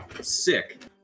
Sick